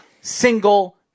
single